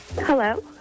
Hello